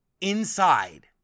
inside